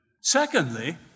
Secondly